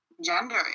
gender